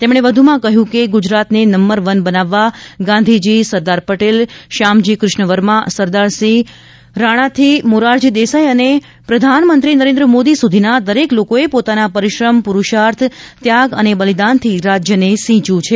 તેમણે વધુમાં કહ્યું કે ગુજરાતને નંબર વન બનાવવા ગાંધીજી સરદાર પટેલ શ્યામજી કૃષ્ગવર્મા સરદારસિંહ રાણાથી મોરારજી દેસાઇ અને પ્રધાનમંત્રી નરેન્દ્ર મોદી સુધીના દરેક લોકોએ પોતાના પરિશ્રમ પુરૂષાર્થ ત્યાગ અને બલિદાનથી રાજ્યને સિંચ્યું છે